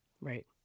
right